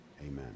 amen